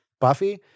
Buffy